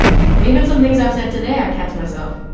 true. even some things i've said today, i catch myself.